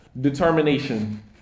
determination